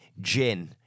Gin